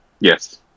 yes